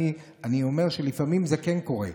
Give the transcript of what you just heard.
אני אומר שלפעמים זה כן קורה,